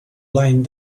laying